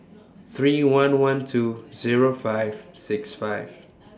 three one one two Zero five six five